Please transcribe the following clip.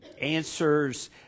answers